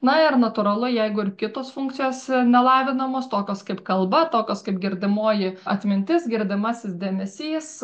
na ir natūralu jeigu ir kitos funkcijos nelavinamos tokios kaip kalba tokios kaip girdimoji atmintis girdimasis dėmesys